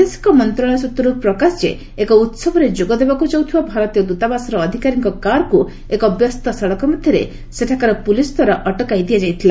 ବୈଦେଶିକ ମନ୍ତ୍ରଣାଳୟ ସୂତ୍ରରୁ ପ୍ରକାଶ ଏକ ଉତ୍ସବରେ ଯୋଗଦେବାକୁ ଯାଉଥିବା ଭାରତୀୟ ଦୂତାବାସର ଅଧିକାରୀଙ୍କ କାର୍କୁ ଏକ ବ୍ୟସ୍ତ ସଡ଼କ ମଧ୍ୟରେ ସେଠାକାର ପୁଲିସ୍ଦ୍ୱାରା ଅଟକାଇ ଦିଆଯାଇଥିଲା